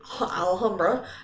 Alhambra